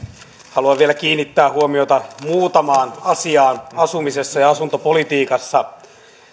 haluan vielä kiinnittää huomiota muutamaan asiaan asumisessa ja asuntopolitiikassa